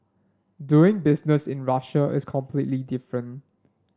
doing business in Russia is completely different